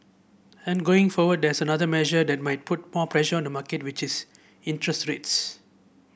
and going forward there is another measure that might put more pressure on the market which is interest rates